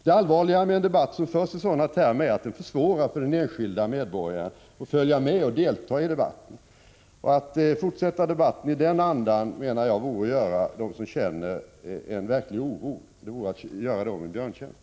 Det allvarliga med en debatt som förs i sådana termer är att den försvårar för den enskilde medborgaren att följa med och delta i debatten. Att fortsätta debatten i den andan menar jag vore att göra dem som känner verklig oro en björntjänst.